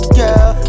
girl